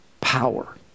power